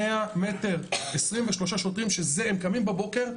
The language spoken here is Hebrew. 23 שוטרים שהם קמים בבוקר,